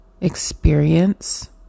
experience